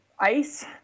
Ice